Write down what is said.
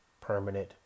permanent